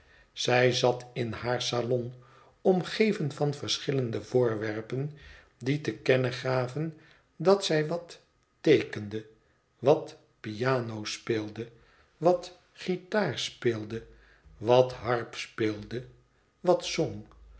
zij zat in haar salon omgeven van verschillende voorwerpen die te kennen gaven dat zij wat teekende wat piano speelde wat guitaar speelde wat harp speelde wat zong